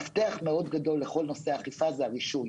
מפתח מאוד גדול לכל נושא האכיפה זה הרישוי.